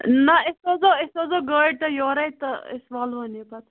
نہَ أسۍ سوزو أسۍ سوزو گٲڑۍ تۄہہِ یورے تہٕ أسۍ والہون یہِ پَتہٕ